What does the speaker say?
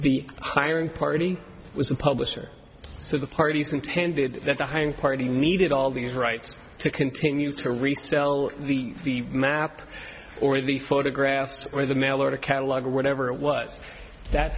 the hiring party was a publisher so the parties intended that the hiring party needed all these rights to continue to resell the map or the photographs or the mail order catalog or whatever it was that